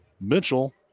Mitchell